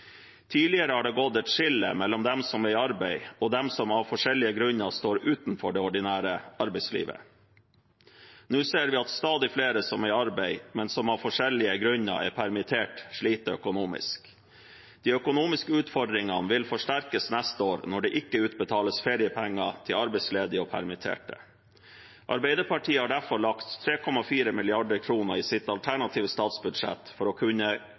Tidligere har det gått et skille mellom dem som er i arbeid, og dem som av forskjellige grunner står utenfor det ordinære arbeidslivet. Nå ser vi at stadig flere som er i arbeid, men som av forskjellige grunner er permittert, sliter økonomisk. De økonomiske utfordringene vil forsterkes neste år, når det ikke utbetales feriepenger til arbeidsledige og permitterte. Arbeiderpartiet har derfor lagt inn 3,4 mrd. kr i sitt alternative statsbudsjett for å kunne